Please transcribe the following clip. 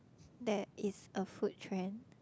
that is a food trend